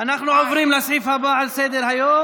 אנחנו עוברים לסעיף הבא בסדר-היום.